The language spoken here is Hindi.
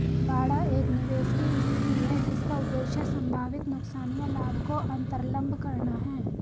बाड़ा एक निवेश की स्थिति है जिसका उद्देश्य संभावित नुकसान या लाभ को अन्तर्लम्ब करना है